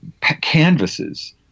canvases